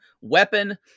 weapon